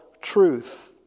truth